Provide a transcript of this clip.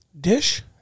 dish